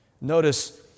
Notice